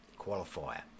qualifier